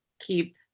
keep